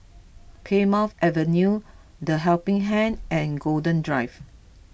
Plymouth Avenue the Helping Hand and Golden Drive